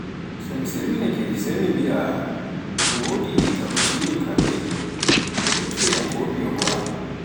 So mi silminaake sai mbiaa, on godi capachino kafe, ndokkeyam kfiwa ngoo.